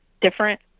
different